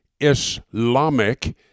Islamic